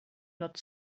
not